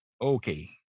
Okay